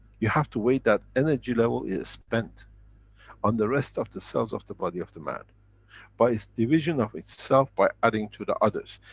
you have to wait that energy level is spent on the rest of the cells of the body of the man by its division of itself by adding to the others.